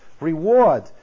reward